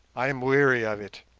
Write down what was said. i am weary of it,